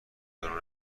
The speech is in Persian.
دوران